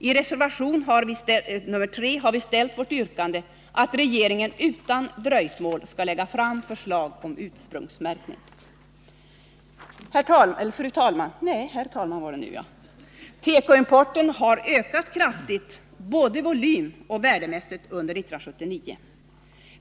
I reservation nr 3 har vi ställt vårt yrkande att regeringen utan dröjsmål skall lägga fram förslag om ursprungsmärkning. Herr talman! Tekoimporten har ökat kraftigt både volymmässigt och värdemässigt under 1979.